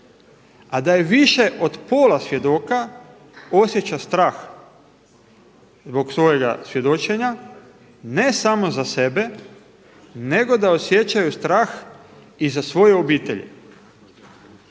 a da je više od pola svjedoka osjeća strah zbog svojega svjedočenja, ne samo za sebe nego da osjećaju strah i za svoje obitelji.